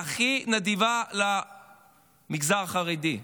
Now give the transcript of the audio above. הכי נדיבה למגזר החרדי.